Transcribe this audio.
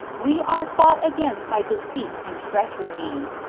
we are fought against by deceit and treachery.